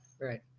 Right